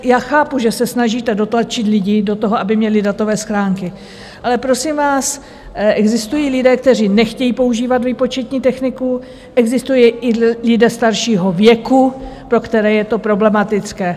Já chápu, že se snažíte dotlačit lidi do toho, aby měli datové schránky, ale prosím vás, existují lidé, kteří nechtějí používat výpočetní techniku, existují lidé staršího věku, pro které je to problematické.